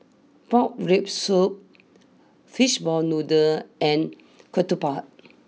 Pork Rib Soup Fishball Noodle and Ketupat